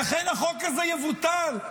לכן החוק הזה יבוטל.